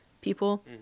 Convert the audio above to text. people